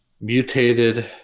mutated